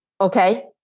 okay